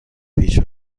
پیش